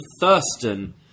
Thurston